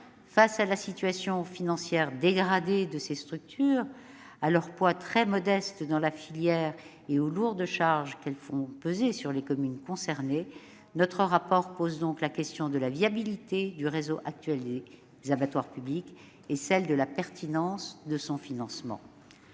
Face à la situation financière dégradée de ces structures, à leur poids très modeste dans la filière et aux lourdes charges qu'elles font peser sur les communes concernées, notre rapport pose donc les questions de la viabilité et de la pertinence du financement